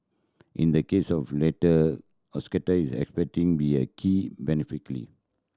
in the case of latter Osaka is expecting be a key